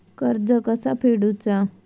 कर्ज कसा फेडुचा?